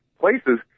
places